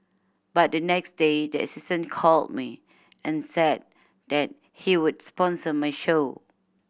but the next day the assistant called me and said that he would sponsor my show